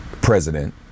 president